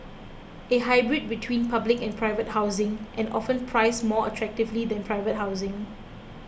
a hybrid between public and private housing and often priced more attractively than private housing